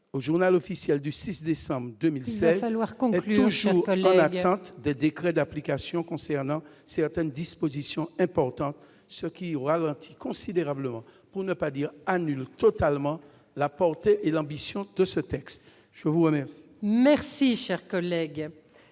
au Journal Officiel du 6 décembre 2016 qu'on écrit au chaud, dans l'attente de décret d'application concernant certaines dispositions importantes, ce qui ont ralenti considérablement, pour ne pas dire annulent totalement la portée et l'ambition de ce texte, je vous remercie. Merci, cher collègue.